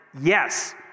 Yes